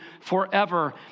forever